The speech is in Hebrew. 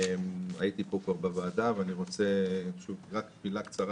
הייתי פה כבר בוועדה והייתי רוצה רק מילה קצרה